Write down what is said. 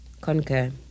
conquer